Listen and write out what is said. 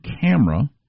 camera